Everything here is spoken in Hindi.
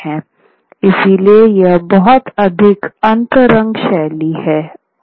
इसलिए यह बहुत अधिक अंतरंग शैली है